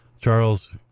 Charles